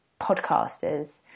podcasters